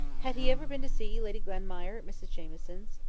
had he ever been to see lady glenmire at mrs jamieson's?